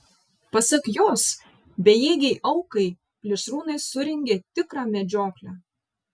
pasak jos bejėgei aukai plėšrūnai surengė tikrą medžioklę